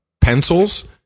pencils